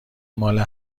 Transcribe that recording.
مال